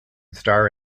star